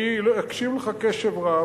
אני אקשיב לך קשב רב,